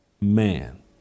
man